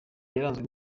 yaranzwe